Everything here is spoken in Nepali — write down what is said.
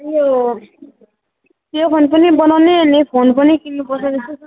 यो यो फोन पनि बनाउने अनि फोन पनि किन्नुपर्छ जस्तो छ